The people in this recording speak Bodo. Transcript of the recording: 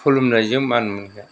खुलुमनायजों मान मोनगोन